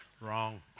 Wrong